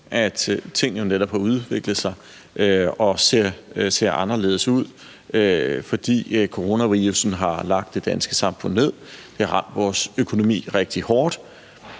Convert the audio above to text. at tingene jo netop har udviklet sig og ser anderledes ud, fordi coronavirussen har lagt det danske samfund ned og har ramt vores økonomi rigtig hårdt.